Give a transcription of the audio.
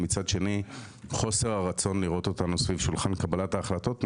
ומצד שני חוסר הרצון לראות אותנו סביב שולחן קבלת ההחלטות.